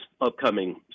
upcoming